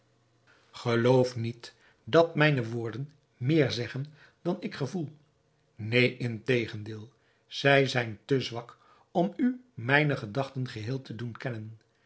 geloof niet dat mijne woorden meer zeggen dan ik gevoel neen in tegendeel zij zijn te zwak om u mijne gedachten geheel te doen kennen